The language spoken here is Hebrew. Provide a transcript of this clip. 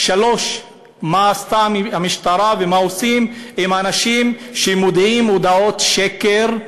3. מה עשתה המשטרה ומה עושים עם אנשים שמודיעים הודעות שקר?